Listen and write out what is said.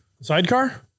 Sidecar